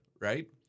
right